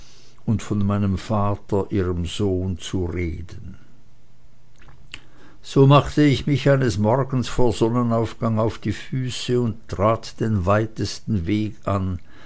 und von meinem vater ihrem sohne zu reden so machte ich mich eines morgens vor sonnenaufgang auf die füße und trat den weitesten weg an